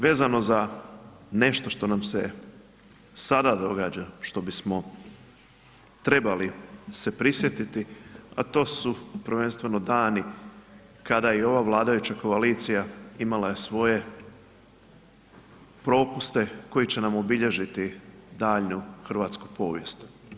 Vezano za nešto što nam se sada događa, što bismo trebali se prisjetiti, a to su prvenstveno dani kada je i ova vladajuća koalicija imala svoje propuste koji će nam obilježiti daljnju hrvatsku povijest.